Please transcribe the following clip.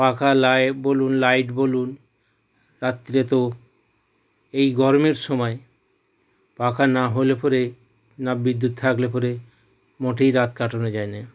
পাখা লায় বলুন লাইট বলুন রাত্তিরে তো এই গরমের সময় পাখা না হলে পরে না বিদ্যুৎ থাকলে পরে মোটেই রাত কাটানো যায় নে